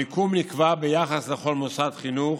המיקום נקבע ביחס לכל מוסד חינוך